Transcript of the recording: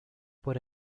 por